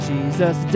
Jesus